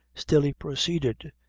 still he proceeded,